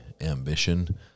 ambition